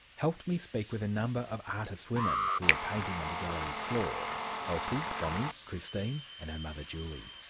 helped me speak with a number of artist women who were painting on the gallery's floor elsie, bonny, christine and her mother julie.